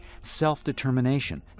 self-determination